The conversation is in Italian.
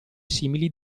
simili